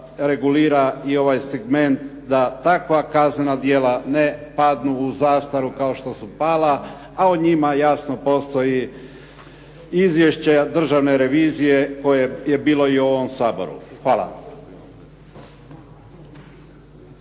regulira i ovaj segment da takva kaznena djela ne padnu u zastaru kao što su pala, a o njima jasno postoji izvješće Državne revizije koje je bilo i u ovom Saboru. Hvala.